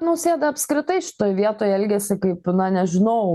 nausėda apskritai šitoj vietoj elgiasi kaip na nežinau